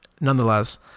nonetheless